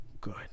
good